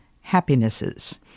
Happinesses